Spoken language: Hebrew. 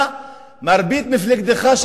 אני מציע שישיבו לך.